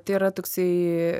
tai yra toksai